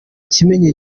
kimenyi